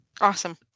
Awesome